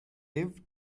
live